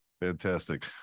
fantastic